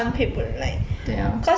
对哦